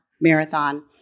marathon